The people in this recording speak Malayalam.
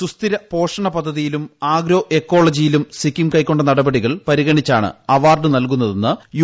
സുസ്ഥിര പോഷണ പദ്ധതിയിലും ആഗ്രോ എക്കോളജിയിലും സിക്കിം കൈക്കൊണ്ട നടപടികൾ പരിഗണിച്ചാണ് അവാർഡ് നൽകുന്നതെന്ന് യു